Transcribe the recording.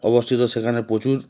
অবস্থিত সেখানে প্রচুর